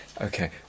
Okay